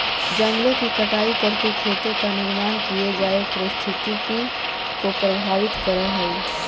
जंगलों की कटाई करके खेतों का निर्माण किये जाए पारिस्थितिकी को प्रभावित करअ हई